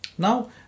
Now